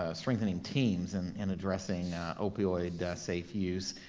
ah strengthening teams and and addressing opioid safe use,